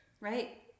Right